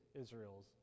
Israel's